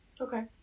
Okay